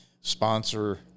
sponsor